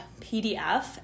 PDF